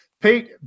Pete